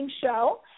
show